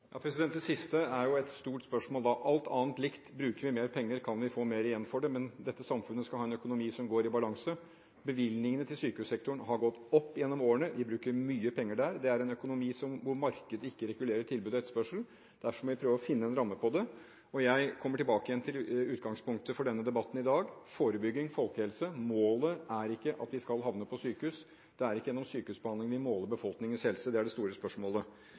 Det siste er jo et stort spørsmål – alt annet likt – bruker vi mer penger, kan vi få mer igjen for det? Men dette samfunnet skal ha en økonomi som går i balanse. Bevilgningene til sykehussektoren har gått opp gjennom årene, vi bruker mye penger der. Det er en økonomi hvor markedet ikke regulerer tilbud og etterspørsel. Derfor må vi prøve å finne en ramme på det, og jeg kommer tilbake igjen til utgangspunktet for denne debatten i dag: forebygging og folkehelse. Målet er ikke at vi skal havne på sykehus – det er ikke gjennom sykehusbehandling vi måler befolkningens helse. Det er det store spørsmålet.